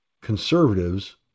Conservatives